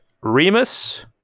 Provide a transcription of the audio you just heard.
Remus